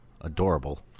adorable